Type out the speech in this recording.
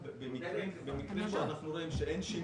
במקרים שאנחנו רואים שאין שינוי,